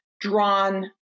drawn